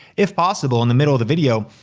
if possible, in the middle of the video,